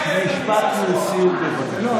משפט לסיום, בבקשה.